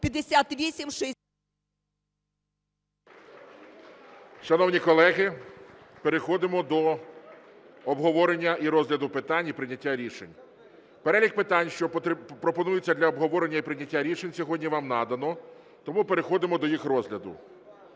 Шановні колеги, переходимо до обговорення і розгляду питань, і прийняття рішень. Перелік питань, що пропонується для обговорення і прийняття рішень сьогодні, вам надано, тому переходимо до їх розгляду.